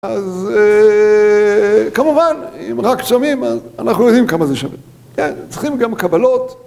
אז כמובן, אם רק שמים, אנחנו יודעים כמה זה שווה, צריכים גם קבלות.